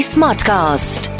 Smartcast